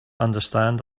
understand